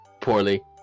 Poorly